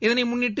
இதளை முன்னிட்டு